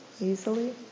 easily